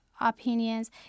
opinions